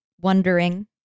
wondering